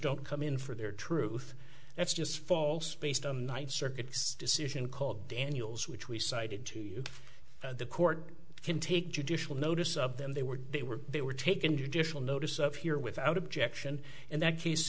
don't come in for their truth that's just false based on the ninth circuit's decision called daniels which we cited to you the court can take judicial notice of them they were they were they were taken judicial notice of here without objection in that case